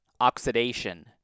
oxidation